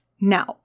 Now